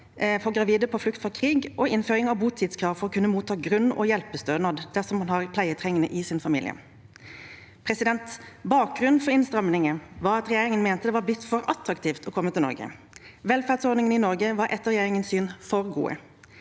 for gravide på flukt fra krig og innføring av botidskrav for å kunne motta grunn- og hjelpestønad dersom man har pleietrengende i sin familie. Bakgrunnen for innstrammingene var at regjeringen mente det var blitt for attraktivt å komme til Norge. Velferdsordningene i Norge var etter regjeringens syn for gode.